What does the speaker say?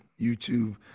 YouTube